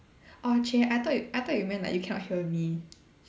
orh !chey! I thought you I thought you meant like you cannot hear me